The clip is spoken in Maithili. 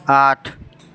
आठ